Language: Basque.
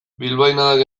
bilbainadak